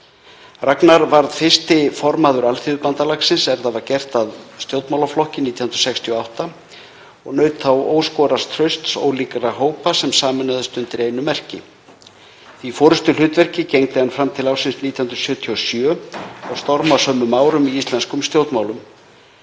Ragnar varð fyrsti formaður Alþýðubandalagsins er það var gert að stjórnmálaflokki 1968 og naut þá óskoraðs trausts ólíkra hópa sem sameinuðust undir einu merki. Því forystuhlutverki gegndi hann fram til ársins 1977, á stormasömum árum í íslenskum stjórnmálum.